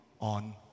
on